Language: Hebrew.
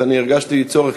אז הרגשתי צורך,